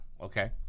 Okay